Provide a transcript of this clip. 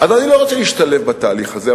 אני לא רוצה להשתלב בתהליך הזה,